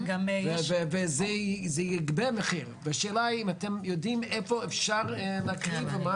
וזה יגבה מחיר והשאלה אם אתם יודעים איפה אפשר להקריב.